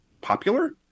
popular